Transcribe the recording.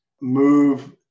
move